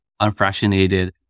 unfractionated